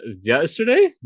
Yesterday